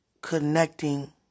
connecting